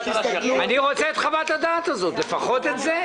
אני רוצה את חוות הדעת הזאת, לפחות את זה.